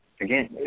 again